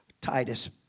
Titus